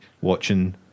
watching